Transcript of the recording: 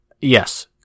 Yes